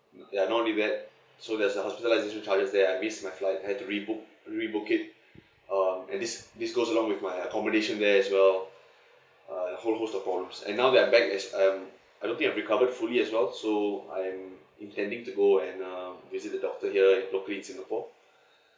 ya no rebate so there's the hospitalisation charges there I missed my flight I had to rebook rebook it um and this this goes along with my accommodation there as well uh whole whole sto~ problems and now that I'm back it's um I don't think I recovered fully as well so I'm intending to go and uh visit the doctor here locally in singapore